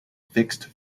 fixed